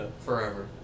forever